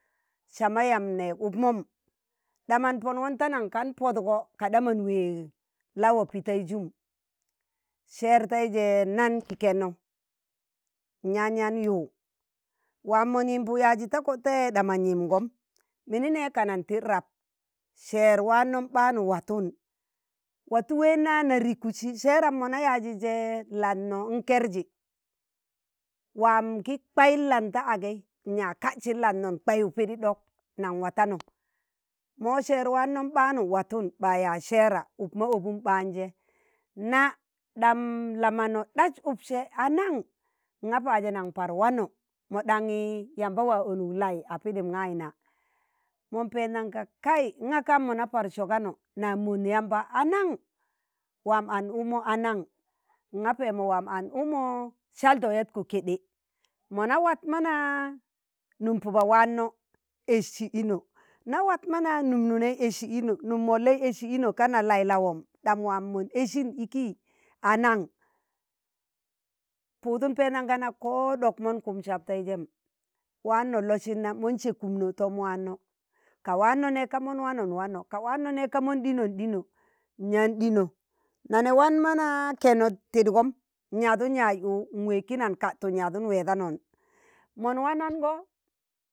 sama yamb neeg ukmon, ɗaman pongọn ta nan kan potgo ka ɗam mon weeg lawo, pitaijum, seer taije nạn ki kẹno, nyaan yaan yu waa mon yimbuk yaazi ta kodte ɗa mon yimgom, mini ne kanan tid rab seer waanom ɓaanu watun watu ween na na rikudji seeram mona yaazi je lanno nkerji waam ki kwayim lan ta agei nyaag kaɗsin landno nkwayuk pidi ɗok nan watano mọ sẹẹr waano ɓaanun watun, ɓa yaaz sẹẹra ukma obin ɓaanje nạ ɗam la manọ ɗas ukse anan? nga pazẹ naṇ par wanọ mọ ɗanyi yamba waa ọnụk lai a pidim gayi nạ, mon pendanyi ka kai! ngaka nam mona par soganọ, na mond yamba a nan? waam an ukmo a nan? nga pẹẹmọ waam an ụkmọ saldo yatko keɗe, moọna wad mana num pube waano e̱sị ino na wad mana mum nụnẹi e̱sị ino num mollai e̱sị ino ka na lai lawom, ɗam wạmon ẹsin iki a nang? puudun pendanyi ka na kọ ɗok mon kumug saptaijem, waanno losin na, mon se̱e kumno tom wanno, ka wanno nee ka mon wanno, nwanno, ka neeg ka mon ɗino nɗino, nyaan ɗino, nane waan mana keno tidgom, nyadun yaaz ụụ, n'wẹẹn kina n'kadtu n'yaanu wẹdanọn mon wanango,